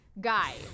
guy